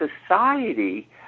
society